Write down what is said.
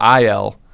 IL